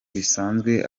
bisanzwe